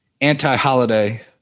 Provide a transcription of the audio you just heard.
anti-holiday